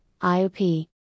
IOP